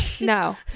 no